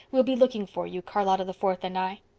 we'll be looking for you, charlotta the fourth and i.